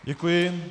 Děkuji.